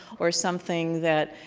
or something that